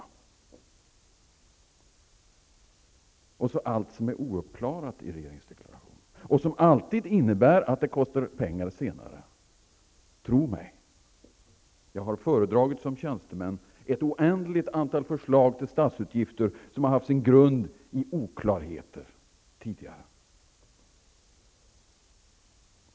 Vidare kan man nämna allt som är ouppklarat i regeringsdeklarationen och som alltid innebär att det kostar pengar senare. Tro mig! Jag har som tjänsteman tidigare föredragit ett oändligt antal förslag till statsutgifter som haft sin grund i oklarheter.